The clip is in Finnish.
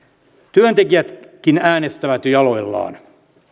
työntekijätkin äänestävät jo jaloillaan